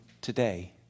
today